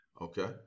Okay